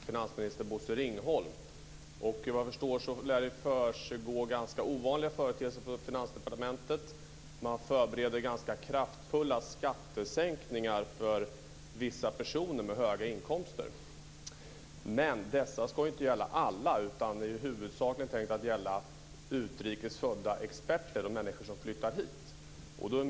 Herr talman! Jag har en fråga till finansminister Vad jag förstår försiggår ovanliga företeelser på Finansdepartementet. Man förbereder ganska kraftiga skattesänkningar för vissa personer med höga inkomster. Men detta ska inte gälla alla, utan det är huvudsakligen tänkt att gälla utrikes födda experter och människor som flyttar hit.